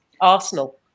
Arsenal